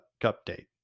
update